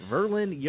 Verlin